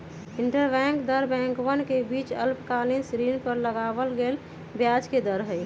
interbank दर बैंकवन के बीच अल्पकालिक ऋण पर लगावल गेलय ब्याज के दर हई